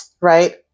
right